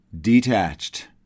detached